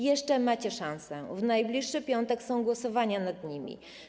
Jeszcze macie szansę, w najbliższy piątek odbędą się głosowania nad nimi.